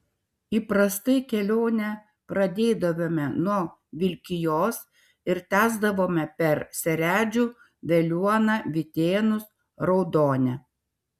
įprastai kelionę pradėdavome nuo vilkijos ir tęsdavome per seredžių veliuoną vytėnus raudonę